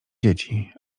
dzieci